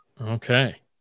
Okay